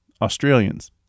Australians